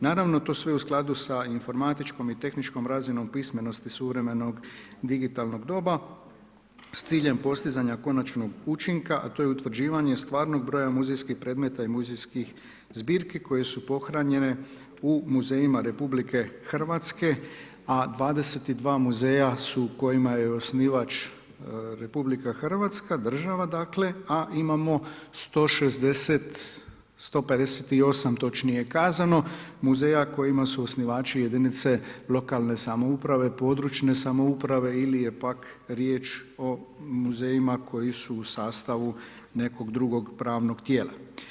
Naravno to sve u skladu sa informatičkom i tehničkom razinom pismenosti suvremenog digitalnog doba s ciljem postizanja konačnog učinka, a to je utvrđivanje stvarnog broja muzejskih predmeta i muzejskih zbirki koje su pohranjene u muzejima RH, a 22 muzeja su kojima je osnivač RH, država dakle a imamo 160, 158 točnije kazano muzeja kojima su osnivači jedinice lokalne samouprave, područne samouprave ili je pak riječ o muzejima koji su u sastavu nekog drugog pravnog tijela.